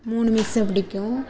மூணு மிஸ்ஸை பிடிக்கும்